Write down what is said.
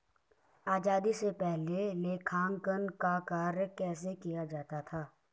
आजादी से पहले लेखांकन का कार्य कैसे किया जाता था?